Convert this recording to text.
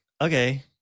okay